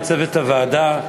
לצוות הוועדה,